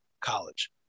college